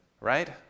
right